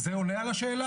זה עונה על השאלה.